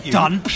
done